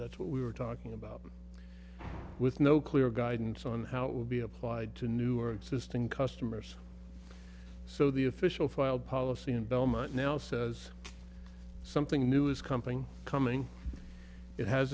that we were talking about with no clear guidance on how it would be applied to new or existing customers so the official filed policy in belmont now says something new is company coming it has